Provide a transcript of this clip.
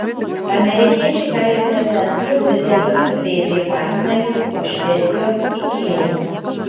amerikiečiai gali tapti antru dideliu vb partneriu po švedijos ikea